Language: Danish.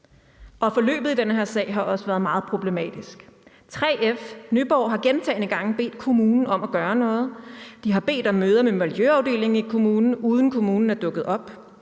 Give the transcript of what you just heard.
Forløbet i den her sag har også været meget problematisk. 3F Nyborg har gentagne gange bedt kommunen om at gøre noget, de har bedt om møder med miljøafdelingen i kommunen, uden at kommunen er dukket op,